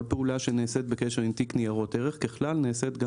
כל פעולה שנעשית בקשר עם תיק ניירות ערך ככלל נעשית גם